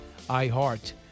iHeart